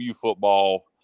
football